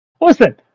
Listen